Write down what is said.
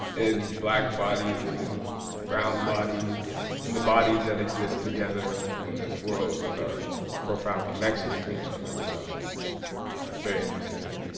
in black bodies, in brown bodies, in the bodies that exist together on this world with our profound connections to each other, which i am very interested in.